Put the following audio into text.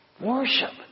Worship